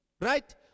right